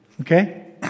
Okay